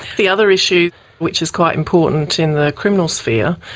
the other issue which is quite important in the criminal sphere,